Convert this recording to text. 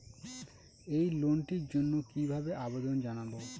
এই লোনটির জন্য কিভাবে আবেদন জানাবো?